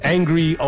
Angry